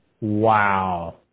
Wow